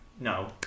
No